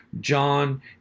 John